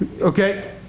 Okay